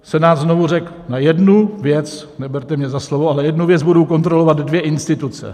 Senát znovu řekl: Jednu věc neberte mě za slovo ale jednu věc budou kontrolovat dvě instituce.